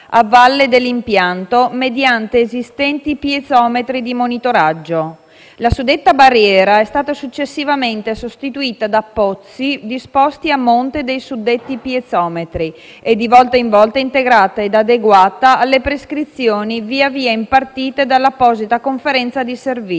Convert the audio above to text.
a valle dell'impianto mediante esistenti piezometri di monitoraggio. La suddetta barriera è stata successivamente sostituita da pozzi disposti a monte dei suddetti piezometri e di volta in volta integrata ed adeguata alle prescrizioni via via impartite dall'apposita Conferenza di servizi.